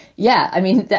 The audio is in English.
yeah, i mean,